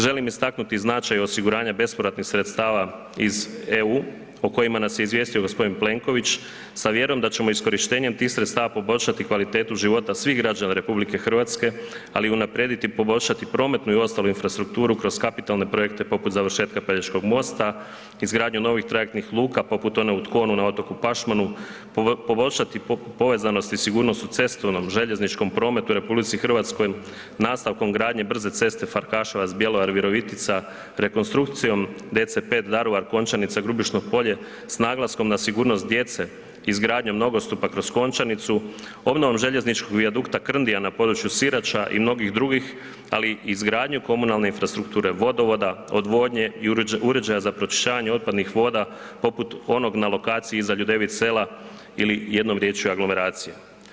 Želim istaknuti značaj osiguranja bespovratnih sredstava iz EU o kojima nas je izvijestio g. Plenković da ćemo iskorištenjem tih sredstava poboljšati kvalitetu života svih građana RH, ali i unaprijediti i poboljšati prometnu i ostalu infrastrukturu kroz kapitalne projekte poput završetka Pelješkog mosta, izgradnjom novih trajektnih luka poput one u Tkonu na otoku Pašmanu, poboljšati povezanost i sigurnost u cestovnom, željezničkom prometu u RH i nastavkom gradnje brze ceste Farkaševac-Bjelovar-Virovitica, rekonstrukcijom DC5 Daruvar-Končanica-Grubišno Polje, s naglaskom na sigurnost djece, izgradnjom nogostupa kroz Končanicu, obnovom željezničkog vijadukta Krndija na području Sirača i mnogih drugih, ali i izgradnju komunalne infrastrukture vodovoda, odvodnje i uređaja za pročišćavanje otpadnih voda poput onog na lokaciji iza Ljudevit Sela ili jednom riječju aglomeracija.